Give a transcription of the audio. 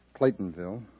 Claytonville